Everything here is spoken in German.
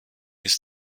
ist